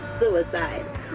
suicide